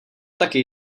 taky